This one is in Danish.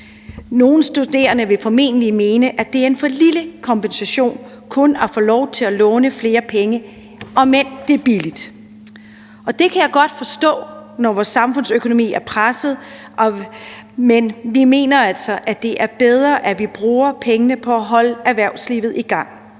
Nogle studerende vil formentlig mene, at det er en for lille kompensation kun at få lov til at låne flere penge, omend det er billigt. Og det kan jeg godt forstå, når vores samfundsøkonomi er presset. Men vi mener altså, at det er bedre, at vi bruger pengene på at holde erhvervslivet i gang